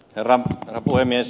herra puhemies